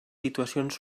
situacions